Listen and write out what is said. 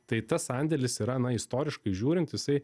tai tas sandėlis yra istoriškai žiūrint jisai